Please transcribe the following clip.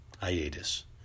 hiatus